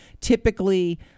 typically